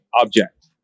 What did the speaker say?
object